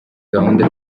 gahunda